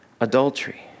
adultery